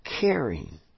caring